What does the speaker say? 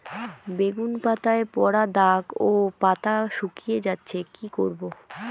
বেগুন পাতায় পড়া দাগ ও পাতা শুকিয়ে যাচ্ছে কি করব?